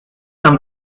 tam